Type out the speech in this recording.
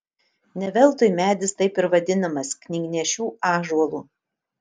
ne veltui medis taip ir vadinamas knygnešių ąžuolu